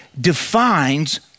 defines